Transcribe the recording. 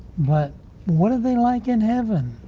what what are they like in heaven?